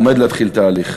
או עומד להתחיל תהליך,